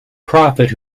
prophet